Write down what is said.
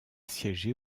siégé